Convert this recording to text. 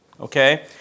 okay